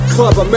Club